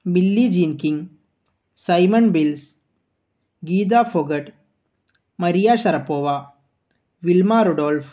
milli Jenkins Simone Biles Geeta Phogat Maria Sharapova Wilma Rudolf